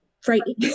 frightening